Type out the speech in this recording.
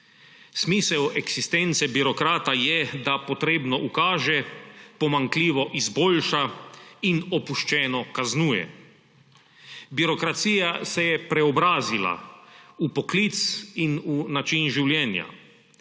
Smisel eksistence birokrata je, da potrebno ukaže, pomanjkljivo izboljša in opuščeno kaznuje. Birokracija se je preobrazila v poklic in v način življenja.